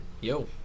Yo